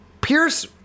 Pierce